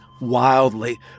wildly